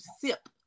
sip